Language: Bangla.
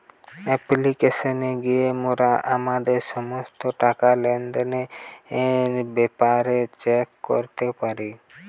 অ্যাপ্লিকেশানে গিয়া মোরা আমাদের সমস্ত টাকা, লেনদেন, লোনের ব্যাপারে চেক করতে পারি